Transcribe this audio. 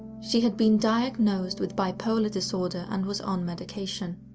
she had been diagnosed with bipolar disorder and was on medication.